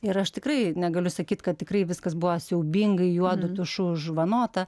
ir aš tikrai negaliu sakyt kad tikrai viskas buvo siaubingai juodu tušu užvanota